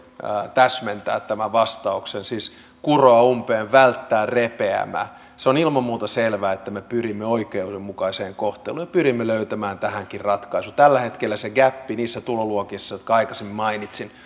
täsmentää tämän vastauksen siis kuroa umpeen välttää repeämä se on ilman muuta selvää että me pyrimme oikeudenmukaiseen kohteluun ja pyrimme löytämään tähänkin ratkaisun tällä hetkellä se gäppi niissä tuloluokissa jotka aikaisemmin mainitsin